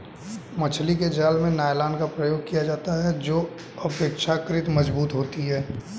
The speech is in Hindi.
मछली के जाल में नायलॉन का प्रयोग किया जाता है जो अपेक्षाकृत मजबूत होती है